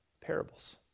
parables